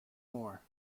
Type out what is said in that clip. more